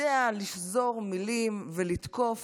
יודע לשזור מילים ולתקוף